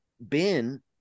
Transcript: Ben